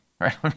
right